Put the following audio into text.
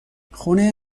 خونه